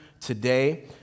today